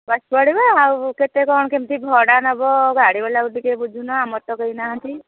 ବସିପଡ଼ିବା ଆଉ କେତେ କ'ଣ କେମିତି ଭଡ଼ା ନବ ଗାଡ଼ିବାଲାକୁ ଟିକିଏ ବୁଝୁନ ଆମର ତ କେହି ନାହାଁନ୍ତି